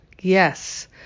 Yes